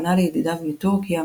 ופנה לידידיו מטורקיה,